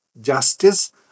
justice